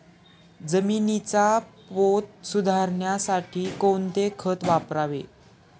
जमिनीचा पोत सुधारण्यासाठी कोणते खत वापरावे?